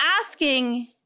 asking